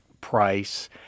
price—